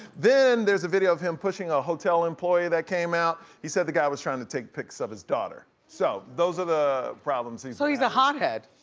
then there's a video of him pushing a hotel employee that came out. he said the guy was trying to take pics of his daughter. so those are the problems he's so he's a hothead.